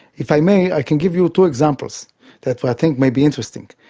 if i may, i can give you two examples that but i think may be interesting.